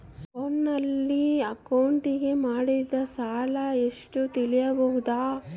ಫೋನಿನಲ್ಲಿ ಅಕೌಂಟಿಗೆ ಮಾಡಿದ ಸಾಲ ಎಷ್ಟು ತಿಳೇಬೋದ?